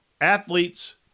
athletes